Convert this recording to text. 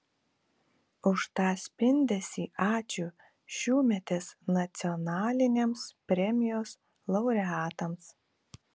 už tą spindesį ačiū šiųmetės nacionalinėms premijos laureatams